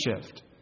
shift